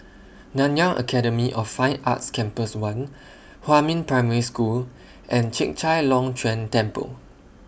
Nanyang Academy of Fine Arts Campus one Huamin Primary School and Chek Chai Long Chuen Temple